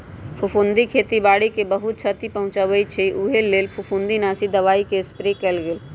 फफुन्दी खेती बाड़ी के बहुत छति पहुँचबइ छइ उहे लेल फफुंदीनाशी दबाइके स्प्रे कएल गेल